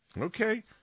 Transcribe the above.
Okay